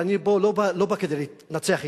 אבל אני לא בא כדי להתנצח אתך.